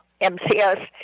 MCS